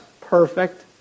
perfect